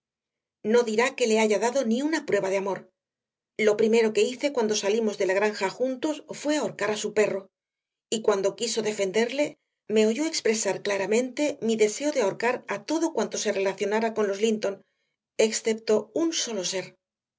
no dirá que le haya dado ni una prueba de amor lo primero que hice cuando salimos de la granja juntos fue ahorcar a su perro y cuando quiso defenderle me oyó expresar claramente mi deseo de ahorcar a todo cuanto se relacionara con los linton excepto un solo ser